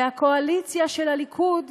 והקואליציה של הליכוד,